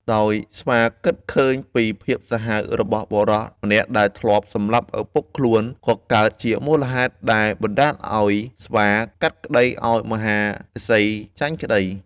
ដោយស្វាគិតឃើញពីភាពសាហាវរបស់បុរសម្នាក់ដែលធ្លាប់សម្លាប់ឱពុកខ្លួន ក៏កើតជាមូលហេតុដែលបណ្តាឱ្យស្វាកាត់ក្តីឱ្យមហាឫសីចាញ់ក្តី។